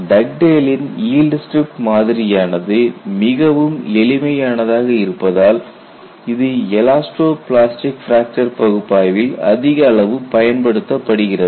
டக்டேலின் yield strip மாதிரியானது Dugdale's yield strip model மிகவும் எளிமையானதாக இருப்பதால் இது எலாஸ்டோ பிளாஸ்டிக் பிராக்சர் பகுப்பாய்வில் அதிக அளவு பயன்படுத்தப்படுகிறது